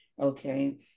okay